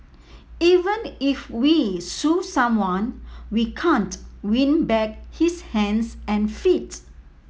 even if we sue someone we can't win back his hands and feet